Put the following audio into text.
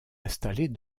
installées